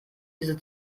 diese